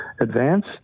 advance